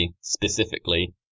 specifically